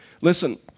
Listen